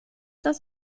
das